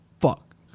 fuck